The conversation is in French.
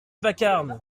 vacarme